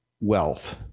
wealth